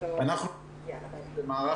כי התחושה היא שבמשך השנים האחרונות לא